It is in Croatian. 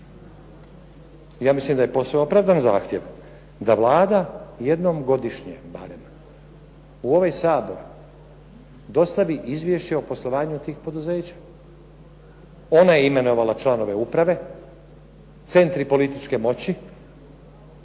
Ja mislim da je posve opravdan zahtjev da Vlada jednom godišnje barem u ovaj Sabor dostavi izvješće o poslovanju tih poduzeća. Ona je imenovala članove uprave, centri političke moći,